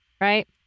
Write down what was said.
right